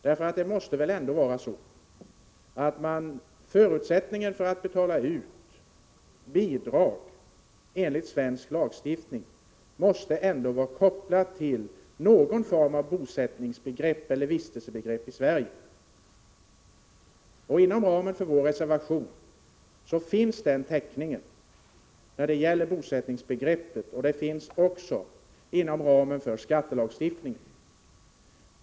Vi menar nämligen att förutsättningen för att betala ut bidrag enligt svensk lagstiftning måste vara kopplad till någon form av bosättningsbegrepp eller vistelsebegrepp som tillämpas i Sverige. Inom ramen för vår reservation finns en täckning för en sådan koppling till bosättningsbegreppet, också inom ramen för skattelagstiftningen.